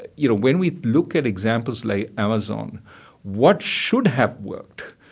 you know, when we look at examples like amazon what should have worked,